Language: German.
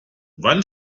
wann